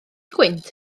gwynt